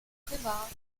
privat